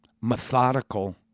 methodical